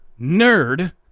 nerd